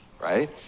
right